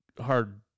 hard